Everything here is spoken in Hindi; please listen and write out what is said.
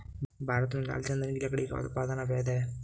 भारत में लाल चंदन की लकड़ी का उत्पादन अवैध है